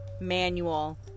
manual